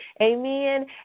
Amen